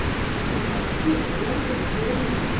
he's sitting in that tree over yonder this very minute.